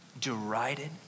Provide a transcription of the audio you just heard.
derided